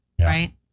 right